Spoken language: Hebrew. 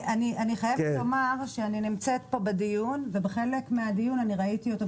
אני חייבת לומר שאני נמצאת פה בדיון ובחלק מהדיון ראיתי אותו,